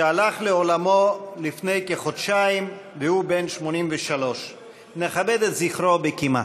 שהלך לעולמו לפני כחודשיים והוא בן 83. נכבד את זכרו בקימה.